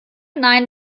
nein